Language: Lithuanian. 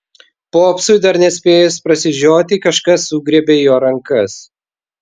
popsui dar nespėjus prasižioti kažkas sugriebė jo rankas